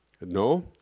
no